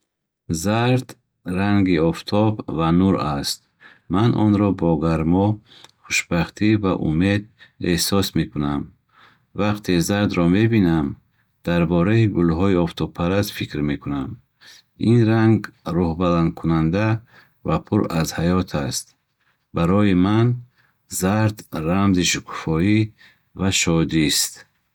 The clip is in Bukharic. Зард ранги офтоб ва нур аст. Ман онро бо гармо, хушбахтӣ ва умед эҳсос мекунам. Вақте зардро мебинам, дар бораи гулҳои офтобпараст фикр мекунам. Ин ранг рӯҳбаландкунанда ва пур аз ҳаёт аст. Барои ман зард рамзи шукуфоӣ ва шодист.